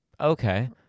Okay